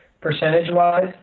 percentage-wise